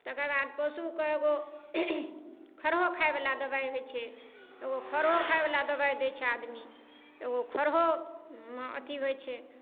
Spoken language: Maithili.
तकर बाद पशुके एगो खऽरहो खाइवला दबाइ होइ छै एगो खऽरहो खाइवला दबाइ दै छै आदमी एगो खऽरहो अथी होइ छै